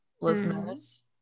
listeners